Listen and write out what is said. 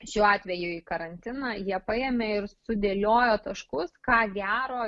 šiuo atveju į karantiną jie paėmė ir sudėliojo taškus ką gero